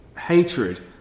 hatred